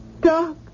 Doc